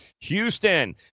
Houston